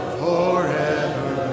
forever